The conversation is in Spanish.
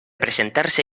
presentarse